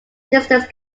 distance